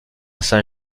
saint